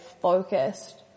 focused